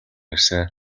ирсэн